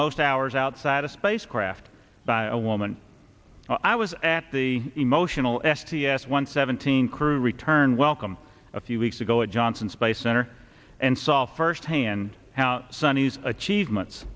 most hours outside a spacecraft by a woman i was at the emotional s t s one seventeen crew return welcome a few weeks ago at johnson space center and saw firsthand how sunny's achievements